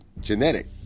genetic